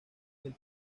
del